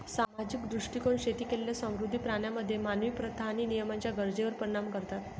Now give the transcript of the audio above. सामाजिक दृष्टीकोन शेती केलेल्या समुद्री प्राण्यांमध्ये मानवी प्रथा आणि नियमांच्या गरजेवर परिणाम करतात